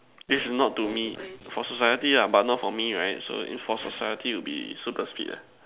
is not to me for society lah but not for me right so for society to be super speed